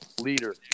leader